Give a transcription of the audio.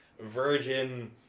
Virgin